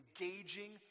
engaging